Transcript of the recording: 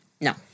No